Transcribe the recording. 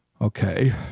Okay